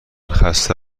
خسته